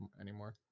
anymore